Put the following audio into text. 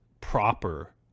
proper